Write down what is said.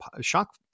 shock